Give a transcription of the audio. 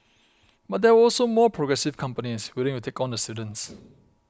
but there were also more progressive companies willing to take on the students